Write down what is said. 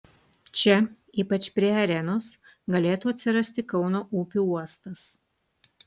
čia ypač prie arenos galėtų atsirasti kauno upių uostas